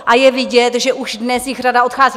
A je vidět, že už dnes jich řada odchází.